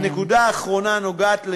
הנקודה האחרונה נוגעת, חשבתי שסיימת.